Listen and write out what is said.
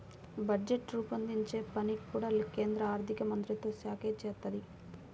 budget రూపొందించే పని కూడా కేంద్ర ఆర్ధికమంత్రిత్వశాఖే చేత్తది